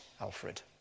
Alfred